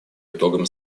итогам